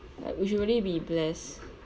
like we should really be blessed